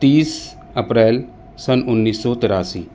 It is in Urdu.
تیس اپریل سن انیس سو تراسی